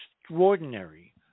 extraordinary